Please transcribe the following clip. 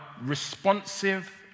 responsive